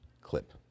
clip